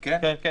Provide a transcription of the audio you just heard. כן.